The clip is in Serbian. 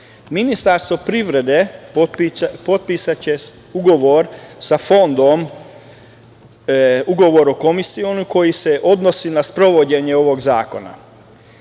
itd. Ministarstvo privrede potpisaće ugovor sa Fondom, ugovor o komisionu, koji se odnosi na sprovođenje ovog zakona,